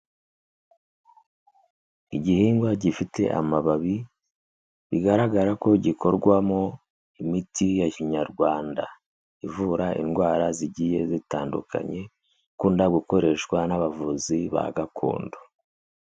Igihingwa gifite amababi bigaragara ko gikorwamo imiti ya kinyarwanda, ivura indwara zigiye zitandukanye ikunda gukoreshwa n'abavuzi ba gakondo.